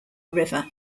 river